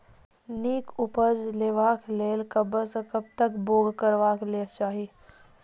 नीक उपज लेवाक लेल कबसअ कब तक बौग करबाक चाही?